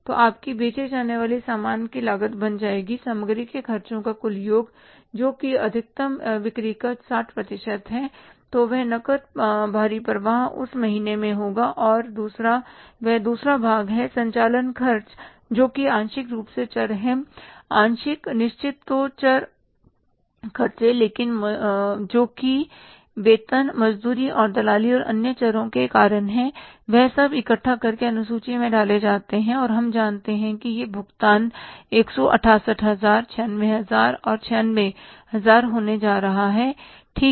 तो आपकी बेचे जाने वाली सामान की लागत बन जाएगी सामग्री के खर्चों का कुल योग जो कि अधिकतम बिक्री का 60 है तो वह नकद बाहरी प्रवाह उस महीने में होगा और दूसरा वह दूसरा भाग है संचालन खर्चे जो कि आंशिक रूप से चर है आंशिक निश्चित तो चर खर्चे जोकि वेतन मजदूरी और दलाली और अन्य चरो के कारण हैं वह सब इकट्ठा करके अनुसूची में डाले जाते हैं और हम जानते हैं कि यह भुगतान 168 हजार 96 हजार और 96 हजार होने जा रहा है ठीक